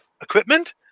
equipment